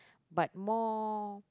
but more